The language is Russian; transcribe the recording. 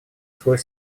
свой